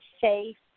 safe